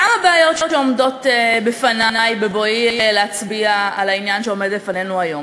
כמה בעיות עומדות בפני בבואי להצביע על העניין שעומד בפנינו היום.